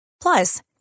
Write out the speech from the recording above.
Plus